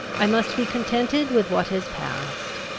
i must be contented with what is past.